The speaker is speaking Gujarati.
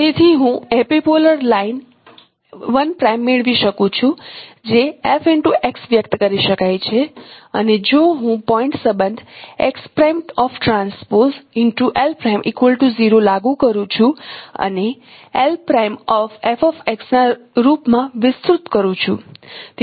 તેથી હું એપિપોલર લાઇન l' મેળવી શકું છું જે વ્યક્ત કરી શકાય છે અને જો હું પોઇન્ટ સંબંધ લાગુ કરું છું અને Fx ના રૂપમાં વિસ્તૃત કરું છું